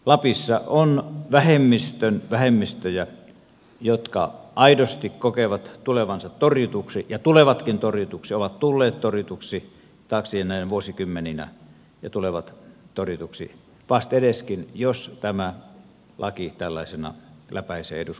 lapissa on vähemmistön vähemmistöjä jotka aidosti kokevat tulevansa torjutuiksi ja tulevatkin torjutuiksi ovat tulleet torjutuiksi taakse jääneinä vuosikymmeninä ja tulevat torjutuiksi vastedeskin jos tämä laki tällaisena läpäisee eduskunnan käsittelyn